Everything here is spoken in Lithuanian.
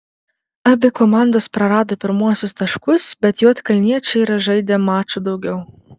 abi komandos prarado pirmuosius taškus bet juodkalniečiai yra žaidę maču daugiau